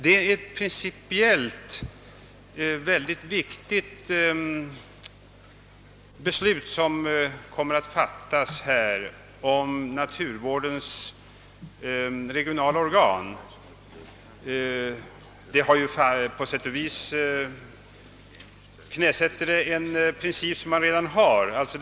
Det är ett principiellt mycket viktigt beslut som kommer att fattas om naturvårdens regionala organ. På sätt och vis knäsätter det en princip som redan tilllämpas.